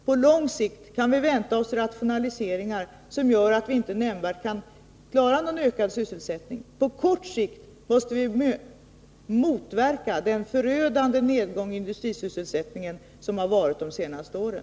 På lång sikt kan vi vänta oss rationaliseringar som gör att vi inte kan klara någon nämnvärd ökning av sysselsättningen. På kort sikt måste vi motverka den förödande nedgång i industrisysselsättningen som skett de senaste åren.